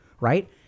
right